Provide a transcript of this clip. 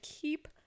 keep